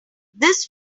this